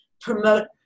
promote